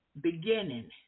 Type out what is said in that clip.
beginning